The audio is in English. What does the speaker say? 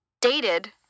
dated